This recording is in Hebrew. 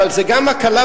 אבל זה גם הקלה,